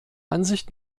ansicht